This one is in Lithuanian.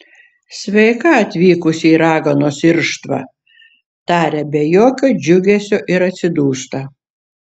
sveika atvykusi į raganos irštvą taria be jokio džiugesio ir atsidūsta